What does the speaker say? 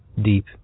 deep